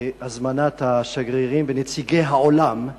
הזמנת השגרירים ונציגי העולם,